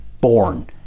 born